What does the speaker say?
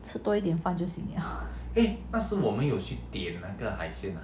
吃多一点饭就行了